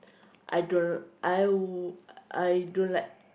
I d~ I w~ I don't like